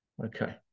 Okay